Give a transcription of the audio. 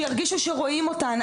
שירגישו שרואים אותן.